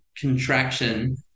contraction